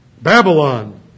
Babylon